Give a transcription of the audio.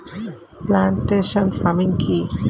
Plantation farming কি?